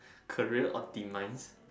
career or demise